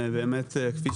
קודם כל,